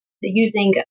using